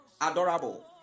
Adorable